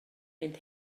mynd